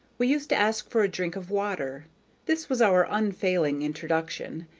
we used to ask for a drink of water this was our unfailing introduction,